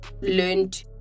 learned